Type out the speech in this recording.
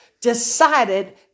decided